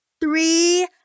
three